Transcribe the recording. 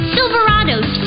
Silverados